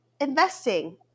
investing